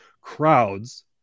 crowds